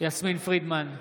יסמין פרידמן,